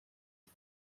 que